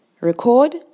Record